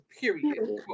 period